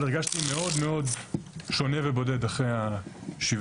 אבל הרגשתי מאוד מאוד שונה ובודד אחרי השבעה,